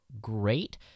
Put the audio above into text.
Great